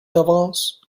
d’avance